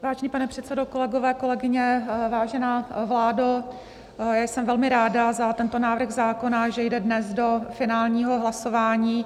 Vážený pane předsedo, kolegové, kolegyně, vážená vládo, jsem velmi ráda za tento návrh zákona, že jde dnes do finálního hlasování.